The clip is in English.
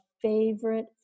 favorite